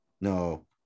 no